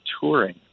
touring